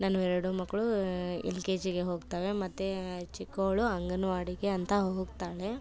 ನನ್ನವು ಎರಡು ಮಕ್ಕಳೂ L K ಜಿಗೆ ಹೋಗ್ತವೆ ಮತ್ತು ಚಿಕ್ಕವಳು ಅಂಗನವಾಡಿಗೆ ಅಂತ ಹೋಗ್ತಾಳೆ